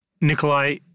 Nikolai